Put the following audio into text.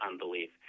unbelief